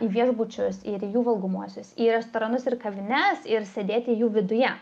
į viešbučius ir jų valgomuosius į restoranus ir kavines ir sėdėti jų viduje